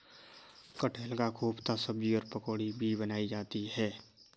कटहल का कोफ्ता सब्जी और पकौड़ी भी बनाई जाती है